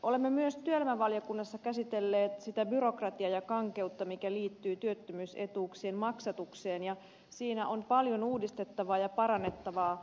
olemme myös työelämävaliokunnassa käsitelleet sitä byrokratiaa ja kankeutta mikä liittyy työttömyysetuuksien maksatukseen ja siinä on paljon uudistettavaa ja parannettavaa